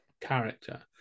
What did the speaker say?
character